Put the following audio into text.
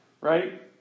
right